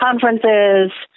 conferences